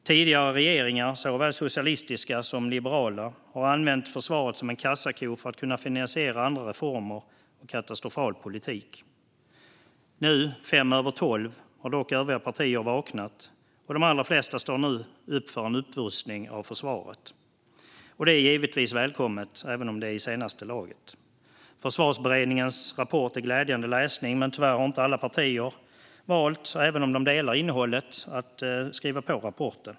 Tidigare regeringar, såväl socialistiska som liberala, har använt försvaret som en kassako för att kunna finansiera andra reformer och katastrofal politik. Nu, fem över tolv, har dock övriga partier vaknat, och de allra flesta står nu upp för en upprustning av försvaret. Det är givetvis välkommet, även om det är i senaste laget. Försvarsberedningens rapport är glädjande läsning. Tyvärr har dock inte alla partier valt att skriva på rapporten, även om de håller med om innehållet.